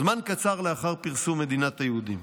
זמן קצר לאחר פרסום "מדינת היהודים".